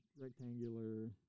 rectangular